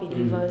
mm